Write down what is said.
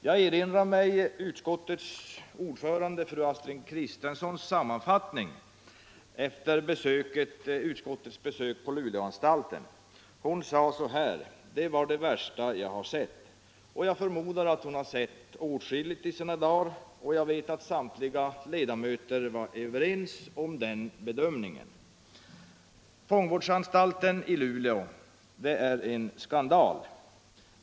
Jag erinrar mig utskottets ordförandes, fru Astrid Kristensson, sammanfattning efter utskottets besök på Luleåanstalten: ”Det var det värsta jag har sett.” Jag förmodar att hon har sett åtskilligt, och jag vet att samtliga ledamöter var överens med henne om den bedömningen. Fångvårdsanstalten i Luleå är en skandal.